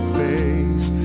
face